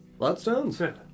Bloodstones